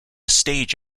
stage